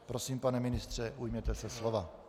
Prosím, pane ministře, ujměte se slova.